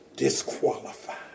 Disqualified